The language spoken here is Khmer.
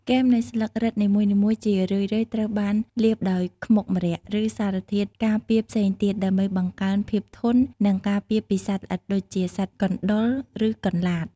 គែមនៃស្លឹករឹតនីមួយៗ ជារឿយៗត្រូវបានលាបដោយខ្មុកម្រ័ក្សណ៍ ឬសារធាតុការពារផ្សេងទៀត ដើម្បីបង្កើនភាពធន់ និងការពារពីសត្វល្អិតដូចជា សត្វកណ្តុរ ឬកន្លាត។